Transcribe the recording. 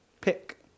Pick